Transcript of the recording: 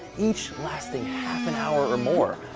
each lasting half an hour or more.